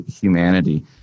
humanity